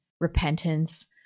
repentance